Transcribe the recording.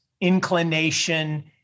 inclination